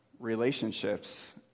relationships